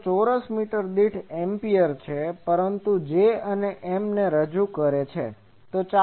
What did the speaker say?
તેઓ ચોરસ મીટર દીઠ એમ્પીયર છે પરંતુ J અને M ને રજૂ કરે છે